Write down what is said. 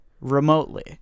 remotely